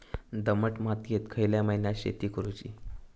दमट मातयेत खयल्या महिन्यात शेती करुची?